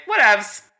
whatevs